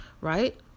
right